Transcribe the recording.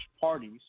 parties